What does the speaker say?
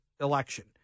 election